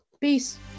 Peace